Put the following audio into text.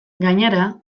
gainera